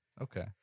okay